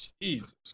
Jesus